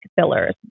fillers